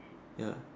ya